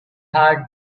hard